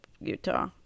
Utah